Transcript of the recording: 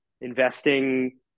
investing